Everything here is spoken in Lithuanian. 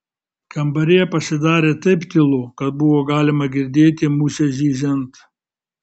kambaryje pasidarė taip tylu kad buvo galima girdėti musę zyziant